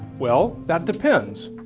well, that depends.